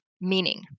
meaning